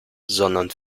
sondern